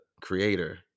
creator